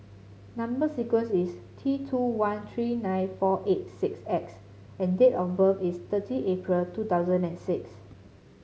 number sequence is T two one three nine four eight six X and date of birth is thirty April two thousand and six